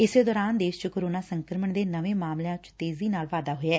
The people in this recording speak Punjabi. ਇਸੇ ਦੌਰਾਨ ਦੇਸ਼ ਚ ਕੋਰੋਨਾ ਸੰਕਰਮਣ ਦੇ ਨਵੇਂ ਮਾਮਲਿਆਂ ਚ ਤੇਜ਼ੀ ਨਾਲ ਵਾਧਾ ਹੋਇਐ